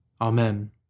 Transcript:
Amen